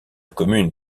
commune